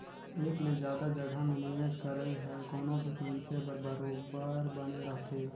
एक ले जादा जगहा में निवेस करई ह कोनो भी मइनसे बर बरोबेर बने रहथे